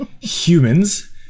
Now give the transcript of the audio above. Humans